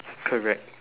correct